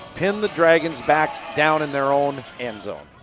pins the dragons back down in their own end zone.